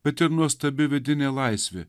bet ir nuostabi vidinė laisvė